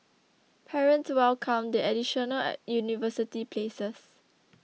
parents welcomed the additional university places